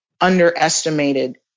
underestimated